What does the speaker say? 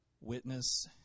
witness